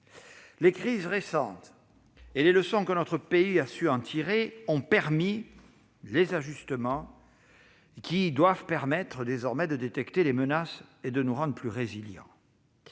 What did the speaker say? Les crises récentes et les leçons que notre pays a su en tirer ont conduit à des ajustements qui permettent désormais de détecter les menaces et de nous rendre plus résilients.